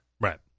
right